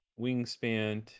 wingspan